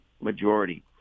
majority